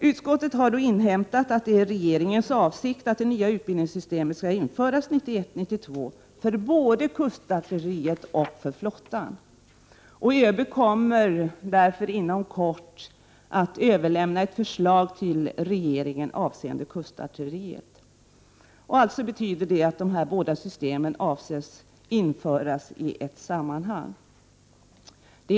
Utskottet har inhämtat att det är regeringens avsikt att det nya utbildningssystemet skall införas 1991/92 för både kustartilleriet och flottan. ÖB kommer därför inom kort att överlämna ett förslag till regeringen avseende kustartilleriet. De båda systemen avses alltså införas i ett sammanhang.